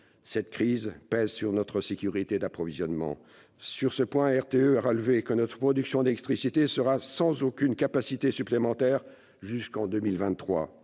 Cette crise pèse sur notre sécurité d'approvisionnement. Sur ce point, RTE a relevé que notre production d'électricité sera « sans aucune capacité supplémentaire » jusqu'en 2023.